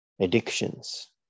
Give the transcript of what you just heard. addictions